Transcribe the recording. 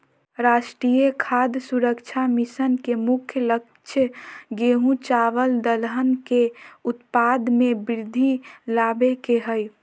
राष्ट्रीय खाद्य सुरक्षा मिशन के मुख्य लक्ष्य गेंहू, चावल दलहन के उत्पाद में वृद्धि लाबे के हइ